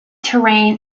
terrain